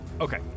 Okay